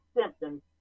symptoms